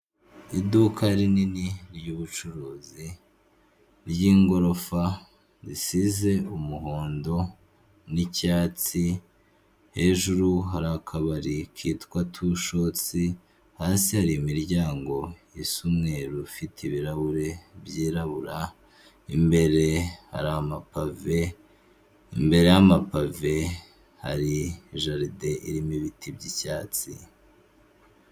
Iduka rinini ry'ubucuruzi, ry'ingorofa, risize umuhondo n'icyatsi. Hejuru hari akabari kitwa tushotisi, hasi hari imiryango isa umweru ifite ibirahure byirabura. Imbere hari amapave, imbere y'amabave hari jaride irimo ibiti by'icyatsi.